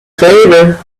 favor